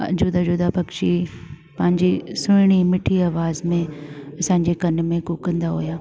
जुदा जुदा पक्षी पंहिंजी सुहिणी मिठी आवाज़ में असांजे कनि में कुकंदा हुआ